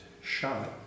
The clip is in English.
shot